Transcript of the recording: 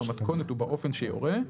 במתכונת ובאופן שיורה,